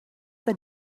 the